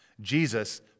Jesus